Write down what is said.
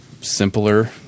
simpler